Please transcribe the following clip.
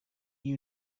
you